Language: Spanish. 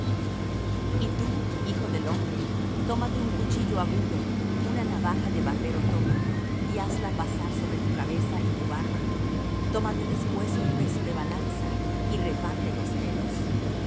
y tu hijo del hombre tómate un cuchillo agudo una navaja de barbero toma y hazla pasar sobre tu cabeza y tu barba tómate después un peso de balanza y reparte los pelos